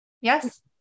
yes